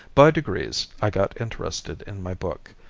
by degrees i got interested in my book,